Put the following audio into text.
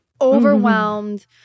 overwhelmed